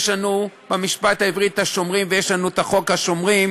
יש לנו במשפט העברי את השומרים ויש לנו את חוק השומרים,